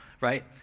right